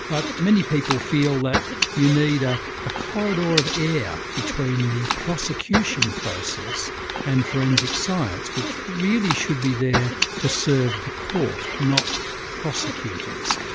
but many people feel that you need a ah corridor of air between the prosecution process and forensic science, which really should be there to serve the court, not the prosecutors.